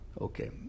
Okay